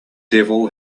devil